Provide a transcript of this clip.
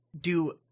Do-